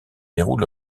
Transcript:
déroule